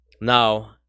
now